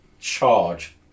charge